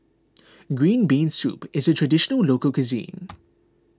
Green Bean Soup is a Traditional Local Cuisine